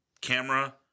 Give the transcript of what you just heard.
camera